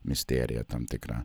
misterija tam tikra